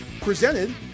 presented